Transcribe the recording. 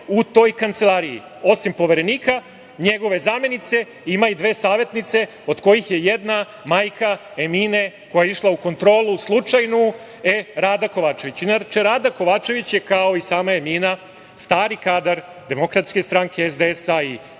u toj kancelariji, osim poverenika, njegove zamenice, ima i dve savetnice od kojih je jedna majka Emine koja je išla u slučajnu kontrolu, Rada Kovačević. Inače, Rada Kovačević je kao i sama Emina, stari kadar Demokratske stranke, SDS-a i